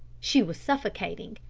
she was suffocating,